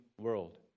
world